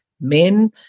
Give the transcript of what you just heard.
men